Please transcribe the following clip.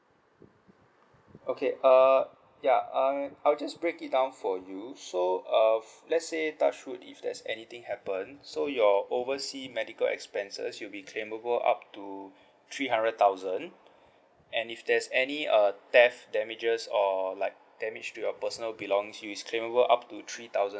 okay err ya uh I'll just break it down for you so uh let's say touch wood if there's anything happen so your oversea medical expenses you'll be claimable up to three hundred thousand and if there's any uh theft damages or like damage to your personal belongs it's claimable up to three thousand